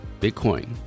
Bitcoin